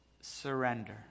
surrender